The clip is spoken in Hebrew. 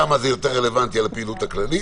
שם זה יותר רלוונטי על הפעילות הכללית